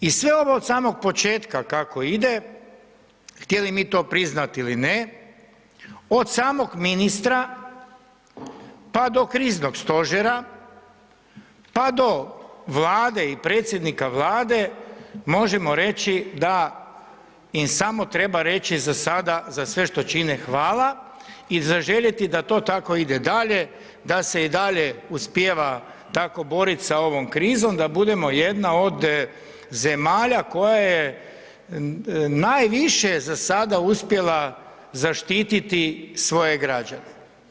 I sve ovo od samog početka kako ide, htjeli mi to priznati ili ne, od samog ministra pa do kriznog stožera pa do Vlade i predsjednika Vlade, možemo reći da im samo treba reći za sada, za sve što čine "hvala" i zaželjeti da to tako ide dalje, da se i dalje uspijeva tako boriti sa ovom krizom, da budemo jedna od zemalja koja je najviše, za sada uspjela zaštiti svoje građane.